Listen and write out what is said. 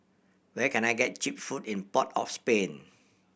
where can I get cheap food in Port of Spain